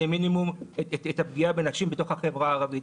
למינימום את הפגיעה בנשים בתוך החברה הערבית.